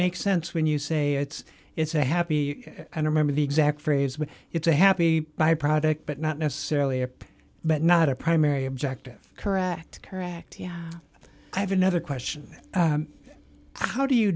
makes sense when you say it's it's a happy and remember the exact phrase but it's a happy byproduct but not necessarily a but not a primary objective correct correct yeah i have another question how do you